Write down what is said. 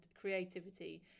creativity